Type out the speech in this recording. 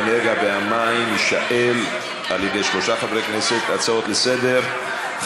האנרגיה והמים יענה לשלושה חברי כנסת על הצעות לסדר-היום מס' 5250,